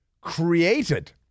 created